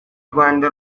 rwanda